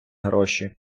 гроші